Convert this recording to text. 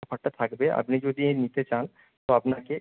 অফারটা থাকবে আপনি যদি নিতে চান তো আপনাকে